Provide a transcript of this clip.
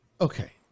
okay